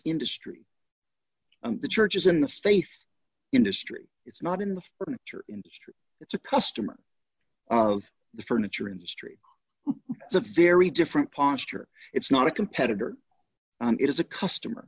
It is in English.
industry the church is in the faith industry it's not in the furniture industry it's a customer of the furniture industry it's a very different posture it's not a competitor it is a customer